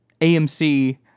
AMC